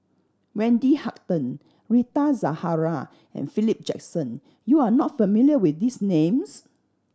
Wendy Hutton Rita Zahara and Philip Jackson you are not familiar with these names